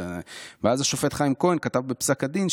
ואז השופט חיים כהן כתב בפסק הדין,